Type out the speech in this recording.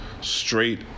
straight